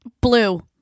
Blue